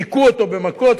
הכו אותו מכות,